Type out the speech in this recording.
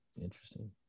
Interesting